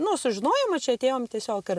nu sužinojom va čia atėjom tiesiog ir